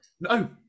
No